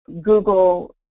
Google